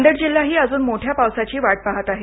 नांदेड जिल्हाही अजून मोठ्या पावसाची वाट पहात आहे